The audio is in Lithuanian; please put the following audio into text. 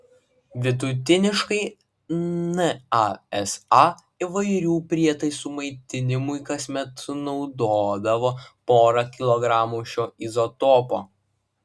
vidutiniškai nasa įvairių prietaisų maitinimui kasmet sunaudodavo porą kilogramų šio izotopo